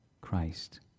Christ